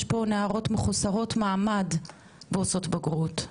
יש פה נערות מחוסרות מעמד ועושות בגרות,